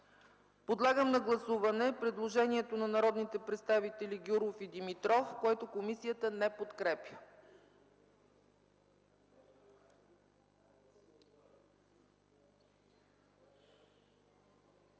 Подлагам на гласуване предложението на народните представители Гяуров и Димитров, което комисията не подкрепя.